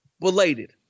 Belated